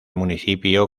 municipio